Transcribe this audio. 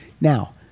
now